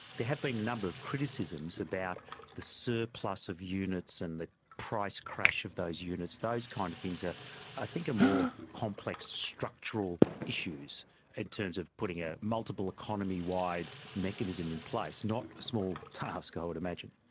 there have been a number of criticisms about the surplus of units and the price crash of those units. those kind of things ah i think are more complex structural issues in terms of putting a multiple economy wide mechanism in place. not a small task i would imagine.